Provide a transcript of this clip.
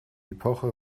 epoche